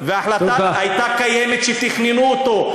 היה קיים כשתכננו אותו.